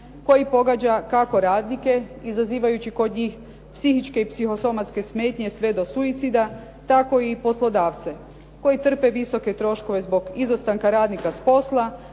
koji pogađa kako radnike, izazivajući kod njih psihičke i psihosomatske smetnje sve do suicida tako i poslodavce. Koji trpe visoke troškove zbog izostanka radnika sa posla,